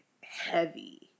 heavy